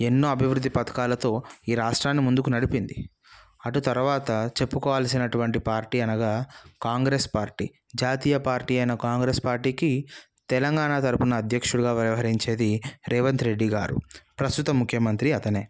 ఎన్నో అభివృద్ధి పథకాలతో ఈ రాష్ట్రాన్ని ముందుకు నడిపింది అటు తరువాత చెప్పుకోవలసినటువంటి పార్టీ అనగా కాంగ్రెస్ పార్టీ జాతీయ పార్టీ అయిన కాంగ్రెస్ పార్టీకి తెలంగాణ తరపున అధ్యక్షుడిగా వ్యవహరించేది రేవంత్ రెడ్డి గారు ప్రస్తుత ముఖ్యమంత్రి అతనే